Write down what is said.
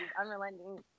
Unrelenting